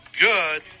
good